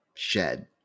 shed